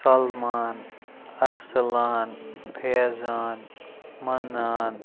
Salman Arsalan Faizan Manan